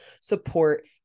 support